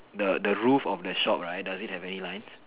the the roof of the shop right does it have any lines